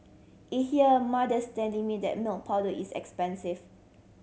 it hear mothers telling me that milk powder is expensive